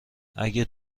اگه